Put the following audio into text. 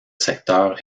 secteur